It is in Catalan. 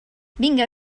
vinga